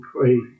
pray